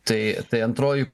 tai tai antroji